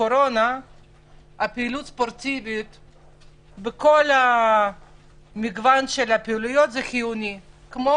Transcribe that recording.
פעילות ספורטיבית על כל גווניה היא חיונית עבורו.